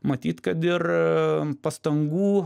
matyt kad ir pastangų